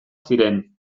ziren